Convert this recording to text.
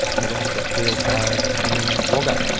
and we've also got field trials in wagga.